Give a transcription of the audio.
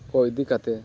ᱠᱚ ᱤᱫᱤ ᱠᱟᱛᱮᱫ